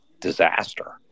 disaster